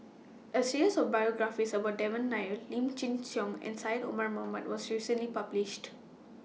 A series of biographies about Devan Nair Lim Chin Siong and Syed Omar Mohamed was recently published